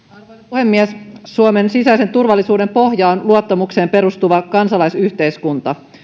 puhemies suomen sisäisen turvallisuuden pohja on luottamukseen perustuva kansalaisyhteiskunta